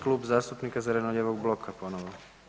Klub zastupnika zeleno-lijevog bloka ponovo.